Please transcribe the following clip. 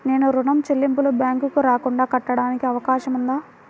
నేను ఋణం చెల్లింపులు బ్యాంకుకి రాకుండా కట్టడానికి అవకాశం ఉందా?